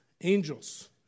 angels